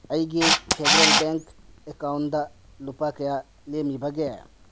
ꯑꯩꯒꯤ federal bank ꯑꯦꯀꯥꯎꯟꯗ ꯂꯨꯄꯥ ꯀꯌꯥ ꯂꯦꯝꯃꯤꯕꯒꯦ